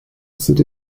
city